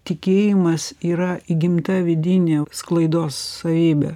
tikėjimas yra įgimta vidinė sklaidos savybė